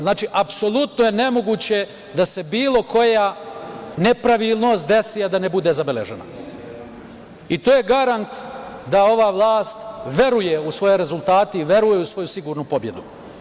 Znači, apsolutno je nemoguće da se bilo koja nepravilnost desi, a da ne bude zabeležena i to je garant da ova vlast veruje u svoje rezultate i veruje u svoju sigurnu pobedu.